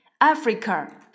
Africa